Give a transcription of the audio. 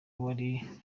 wari